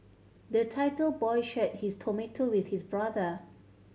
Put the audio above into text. the boy shared his tomato with his brother